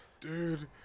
dude